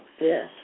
Yes